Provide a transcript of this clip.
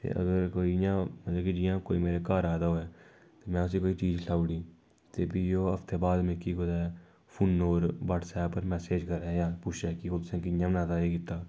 ते अगर कोई इ'यां मतलब कि जि'यां कोई मेरे घर आए दा होऐ ते में उस्सी भाई चीज खलाई ओड़ी ते फ्ही हफ्ता बाद मिकी कुतै फोनै च बटसऐप पर मेसज करै जां पुच्छे कि ओह् तुसें कि'यां बनाऐ दा